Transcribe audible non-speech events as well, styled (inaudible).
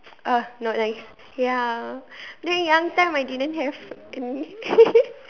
!ugh! not nice ya then young time I didn't have (laughs)